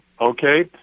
okay